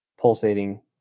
pulsating